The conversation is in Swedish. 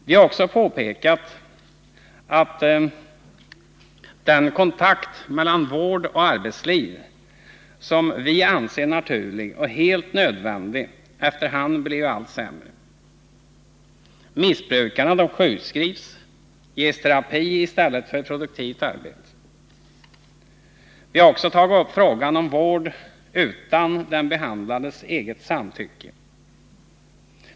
Vidare påpekar vi att den kontakt mellan vård och arbetsliv som vi anser naturlig och helt nödvändig efter hand blivit allt sämre. Missbrukarna sjukskrivs och ges terapi i stället för produktivt arbete. I motionen har vi också tagit upp frågan om vård utan den behandlades eget samtycke.